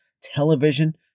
television